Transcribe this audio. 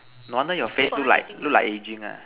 no wonder your face look like look like aging ah